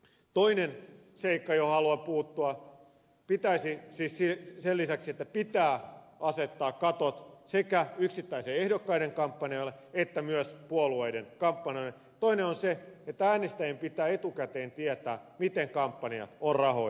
toinen seikka johon haluan puuttua sen lisäksi että pitää asettaa katot sekä yksittäisten ehdokkaiden kampanjoille että myös puolueiden kampanjoille on se että äänestäjien pitää etukäteen tietää miten kampanja on rahoitettu